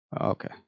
Okay